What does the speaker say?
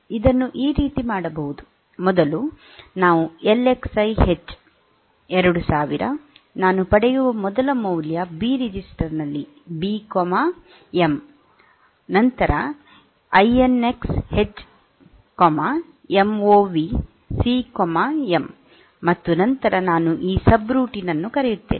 ಇದನ್ನು ಈ ರೀತಿ ಮಾಡಬಹುದು ಮೊದಲು ನಾವು ಎಲ್ಎಕ್ಸ್ಐ ಎಚ್ ೨೦೦೦LXI H2000 ನಾನು ಪಡೆಯುವ ಮೊದಲ ಮೌಲ್ಯ ಬಿ ರಿಜಿಸ್ಟರ್ ನಲ್ಲಿ ಬಿ ಅಲ್ಪವಿರಾಮ ಎಂ ನಂತರ ಐಎನ್ಎಕ್ಸ್ ಎಚ್ ಎಂಒವಿ ಸಿ ಎಂINX H MOV C M ಮತ್ತು ನಂತರ ನಾನು ಈ ಸಬ್ರುಟೀನ್ ಅನ್ನು ಕರೆಯುತ್ತೇನೆ